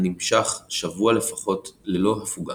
הנמשך שבוע לפחות ללא הפוגה.